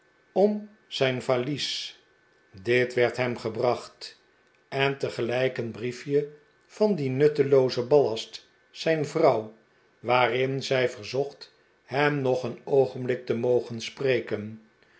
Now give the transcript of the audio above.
om zijn valies dit werd hem gebracht en tegelijk een briefje van dien nutteloozen ballast zijn vrouw waarin zij veirzocht hem nog een oogenblik te mogen spreken